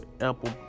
apple